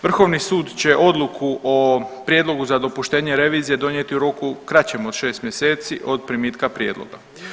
Vrhovni sud će odluku o prijedlogu za dopuštenje revizije donijeti u roku kraćem od 6 mjeseci od primitka prijedloga.